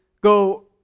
go